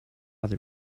other